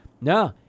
no